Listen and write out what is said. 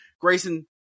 Grayson